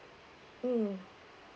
mm